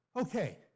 okay